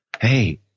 hey